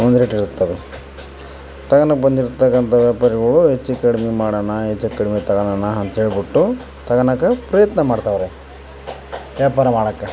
ಒಂದು ರೇಟ್ ಇರ್ತವೆ ತಗೋಳಕ್ ಬಂದಿರ್ತಾರಂಥ ವ್ಯಾಪಾರಿಗಳು ಹೆಚ್ಚು ಕಡಿಮೆ ಮಾಡೋಣ ಹೆಚ್ಚು ಕಡಿಮೆ ತಗಳೋಣ ಅಂತೇಳಿ ಬಿಟ್ಟು ತಗೋಳೋಕೆ ಪ್ರಯತ್ನ ಮಾಡ್ತಾರೆ ವ್ಯಾಪಾರ ಮಾಡೋಕೆ